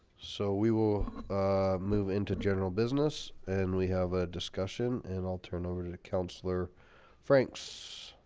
so we will move into general business and we have a discussion and i'll turn over to to councillor franks